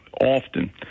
often